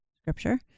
scripture